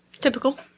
Typical